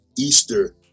Easter